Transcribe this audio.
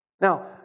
Now